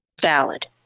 Valid